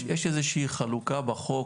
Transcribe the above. יש איזו שהיא חלוקה בחוק